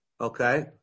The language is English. okay